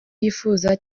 yifuza